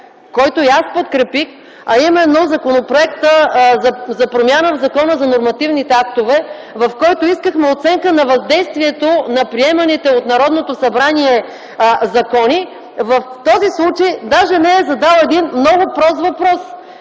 който и аз подкрепих, а именно законопроекта за промяна в Закона за нормативните актове, в който искахме оценка на въздействието на приеманите от Народното събрание закони, в този случай даже не е задал един много прост въпрос: